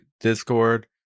Discord